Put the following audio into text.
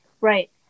Right